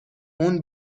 اون